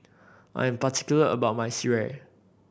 I'm particular about my sireh